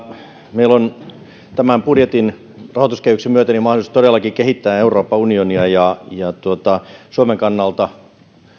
meillä on tämän budjetin rahoituskehyksen myötä mahdollisuus todellakin kehittää euroopan unionia ja ja suomen kannalta